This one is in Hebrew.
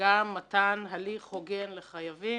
מתן הליך הוגן לחייבים,